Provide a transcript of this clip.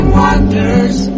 wonders